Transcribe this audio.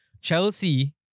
Chelsea